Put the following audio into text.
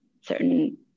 certain